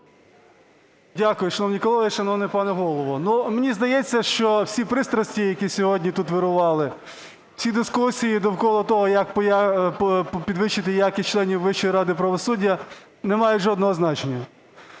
Дякую. Шановні колеги, шановний пане Голово, ну, мені здається, що всі пристрасті, які сьогодні тут вирували, всі дискусії довкола того, як підвищити якість членів Вищої ради правосуддя, не має жодного значення.